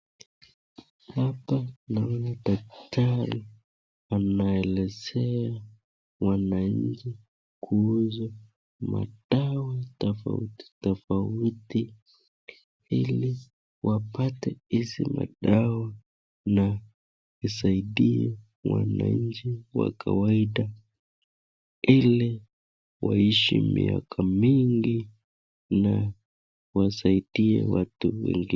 Hapa naona daktari anaelezea mwananchi kuhusu madawa tafauti tafauti ili wapate hizi madawa na isaidie mwananchi wa kawaida ili waishi miaka mingi na wasaidie watu wengi.